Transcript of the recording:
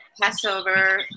Passover